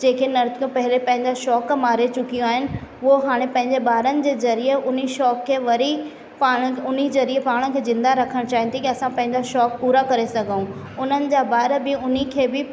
जेके नृतक पहिरें पंहिंजा शौक़ु मारे चुकियूं आहिनि उहो हाणे पंहिंजे ॿारनि जे ज़रिए हुन शौक़ु खे वरी पाणि हुन ज़रिए पाण खे जिंदा रखण चाहिनि थी कि असां पंहिंजा शौक़ु पूरा करे सघूं उन्हनि जा ॿार बि हुनखे बि